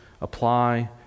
apply